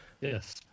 yes